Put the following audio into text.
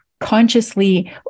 consciously